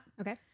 Okay